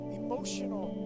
emotional